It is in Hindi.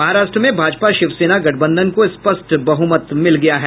महाराष्ट्र में भाजपा शिवसेना गठबंधन को स्पष्ट बहुमत मिल गया है